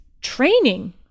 Training